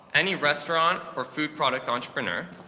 any restaurant or food-product entrepreneur,